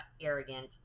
arrogant